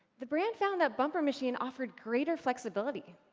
the brand found that bumper machine offered greater flexibility,